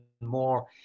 more